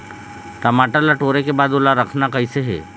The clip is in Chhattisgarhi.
टमाटर ला टोरे के बाद ओला रखना कइसे हे?